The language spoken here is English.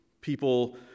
People